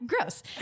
Gross